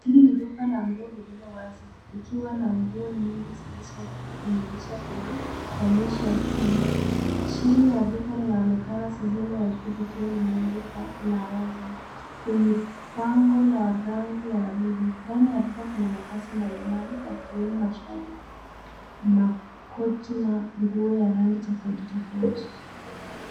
Hili ni duka la nguo lililo wazi likiwa na nguo nyingi zilizoning'inizwa kwenye onyesho ya chuma. Chini ya duka linaonekana sehemu ya juu likiwa limeandikwa, larossa, kwenye lango la rangi ya waridi. Ndani ya duka kuna mavazi mbalimbali ya kiume, mashati, makoti na nguo ya rangi tofauti tofauti.